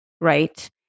Right